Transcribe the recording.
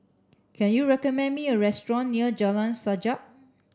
can you recommend me a restaurant near Jalan Sajak